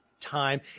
time